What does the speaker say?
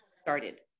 started